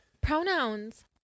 Pronouns